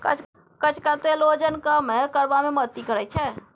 कचका तेल ओजन कम करबा मे मदति करैत छै